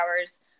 hours